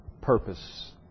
purpose